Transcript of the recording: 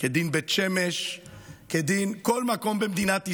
כדין בית שמש כדין כל מקום במדינת ישראל.